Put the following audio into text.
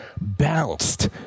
bounced